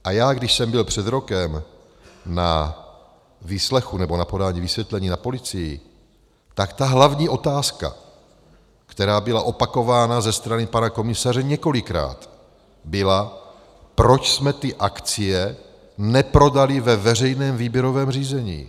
A já, když jsem byl před rokem na výslechu nebo na podání vysvětlení na policii, tak ta hlavní otázka, která byla opakována ze strany pana komisaře několikrát, byla, proč jsme ty akcie neprodali ve veřejném výběrovém řízení.